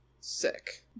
Sick